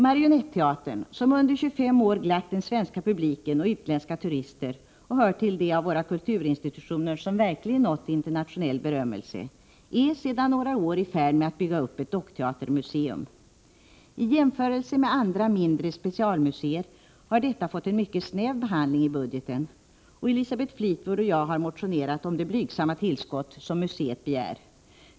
Marionetteatern, som under 25 år glatt den svenska publiken och utländska turister och som hör till de av våra kulturinstitutioner som verkligen nått internationell berömmelse, är sedan några år i färd med att bygga upp ett dockteatermuseum. I jämförelse med andra mindre specialmuseer har detta fått en mycket snäv behandling i budgetsammanhang, och Elisabeth Fleetwood och jag har motionerat om det blygsamma tillskott som museet begär.